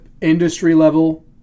industry-level